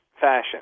fashion